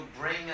bring